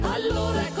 Allora